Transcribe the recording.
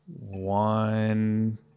one